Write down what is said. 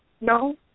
No